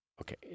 Okay